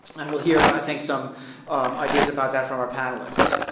and well here, i think some ideas about that from our panelist.